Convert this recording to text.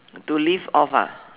to live off ah